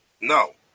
No